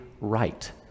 right